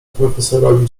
profesorowi